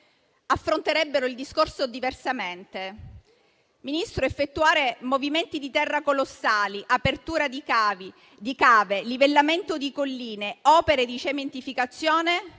affronterebbe il discorso diversamente.